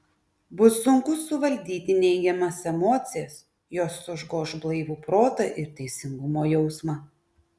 bus sunku suvaldyti neigiamas emocijas jos užgoš blaivų protą ir teisingumo jausmą